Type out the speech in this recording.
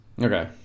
Okay